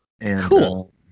Cool